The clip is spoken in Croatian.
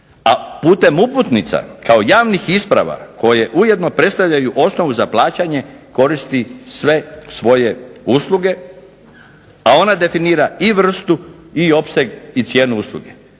putem uputnica, kao javnih isprava koje ujedno predstavljaju osnovu za plaćanje koristi sve svoje usluge, a ona definira i vrstu i opseg i cijenu usluge.